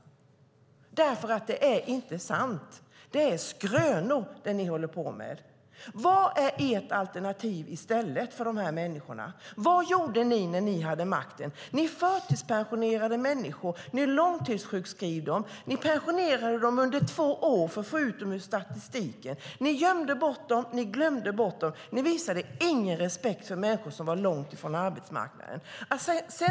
Det ni berättar om är inte sant. Det är skrönor! Vad är ert alternativ för de här människorna? Vad gjorde ni när ni hade makten? Ni förtidspensionerade människor. Ni långtidssjukskrev dem. Ni pensionerade dem under två år för att få ut dem ur statistiken. Ni gömde dem. Ni glömde bort dem. Ni visade ingen respekt för människor som var långt från arbetsmarknaden.